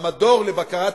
המדור לבקרה תקציבית,